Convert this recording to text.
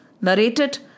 narrated